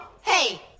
hey